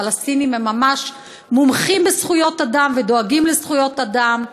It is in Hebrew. הפלסטינים הם ממש מומחים בזכויות אדם ודואגים לזכויות אדם.